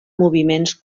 moviments